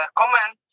comment